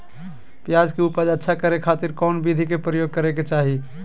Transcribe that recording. प्याज के उपज अच्छा करे खातिर कौन विधि के प्रयोग करे के चाही?